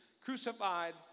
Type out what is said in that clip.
crucified